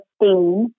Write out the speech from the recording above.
theme